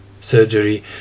Surgery